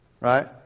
right